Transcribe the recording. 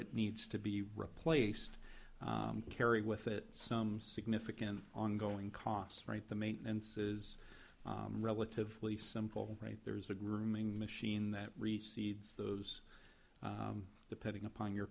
it needs to be replaced carry with it some significant ongoing costs right the maintenance is relatively simple right there's a grooming machine that recedes those the petting upon your